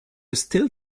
still